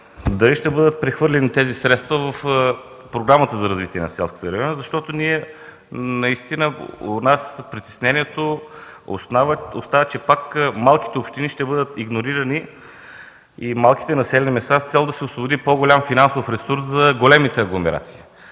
дали ще бъдат прехвърлени тези средства в Програмата за развитие на селските райони, защото у нас остава притеснението, че малките общини пак ще бъдат игнорирани и малките населени места с цел да се освободи по-голям финансов ресурс за големите агломерации.